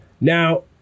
Now